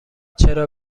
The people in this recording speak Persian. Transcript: چرا